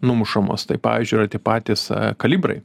numušamos tai pavyzdžiui yra tie patys kalibrai